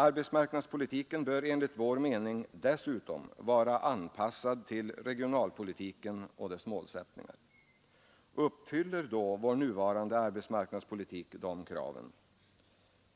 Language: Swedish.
Arbetsmarknadspolitiken bör enligt vår mening dessutom vara anpassad till regionalpolitiken och dess målsättningar. Uppfyller då vår nuvarande arbetsmarknadspolitik de kraven?